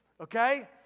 okay